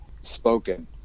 spoken